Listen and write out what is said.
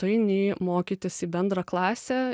tu eini mokytis į bendrą klasę